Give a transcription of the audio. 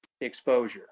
exposure